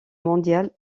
mondial